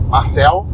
Marcel